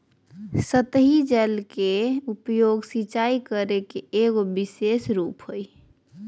सतही जल के उपयोग, सिंचाई करे के एगो विशेष रूप हइ